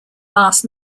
last